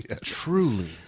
Truly